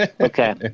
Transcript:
Okay